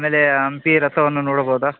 ಆಮೇಲೆ ಹಂಪಿ ರಥವನ್ನ ನೋಡ್ಬೌದಾ